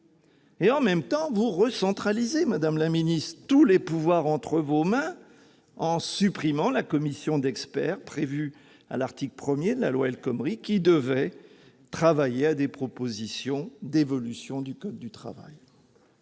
Et en même temps, madame la ministre, vous recentralisez tous les pouvoirs entre vos mains en supprimant la commission d'experts prévue à l'article 1de la loi El Khomri, qui devait travailler à des propositions d'évolution du code du travail.